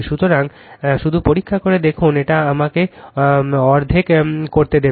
সুতরাং শুধু পরীক্ষা করে দেখুন এটা আমাকে অর্ধেক করতে দেবে